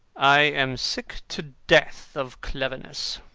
i am sick to death of cleverness.